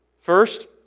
First